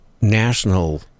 national